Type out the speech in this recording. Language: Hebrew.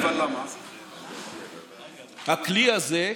הכלי הזה,